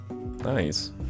nice